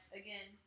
again